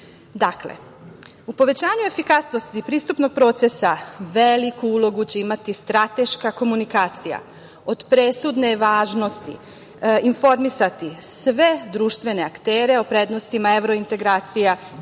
u povećanju efikasnosti pristupnog procesa veliku ulogu će imati strateška komunikacija. Od presudne je važnosti informisati sve društvene aktere o vrednostima evro integracija